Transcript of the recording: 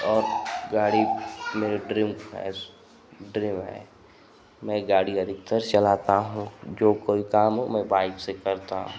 और गाड़ी मेरी ड्रीम है मैं गाड़ी अधिकतर चलाता हूँ जो कोई काम हो मैं बाइक़ से करता हूँ